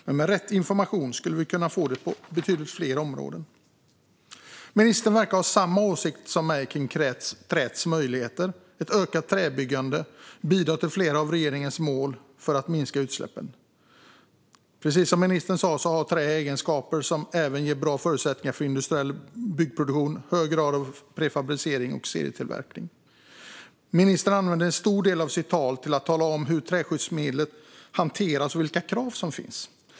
Med rätt information skulle vi kunna få det så på betydligt fler områden. Ministern verkar ha samma åsikt som jag om träets möjligheter. Ett ökat träbyggande bidrar till flera av regeringens mål för att minska utsläppen. Precis som ministern sa har trä egenskaper som även ger bra förutsättningar för industriell byggproduktion, hög grad av prefabricering och serietillverkning. Ministern använde en stor del av sitt tal till att tala om hur träskyddsmedel hanteras och vilka krav som finns.